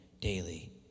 daily